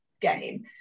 game